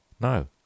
No